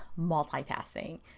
multitasking